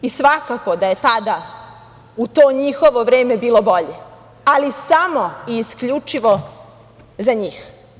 Svakako da je tada u to njihovo vreme bilo bolje, ali samo i isključivo za njih.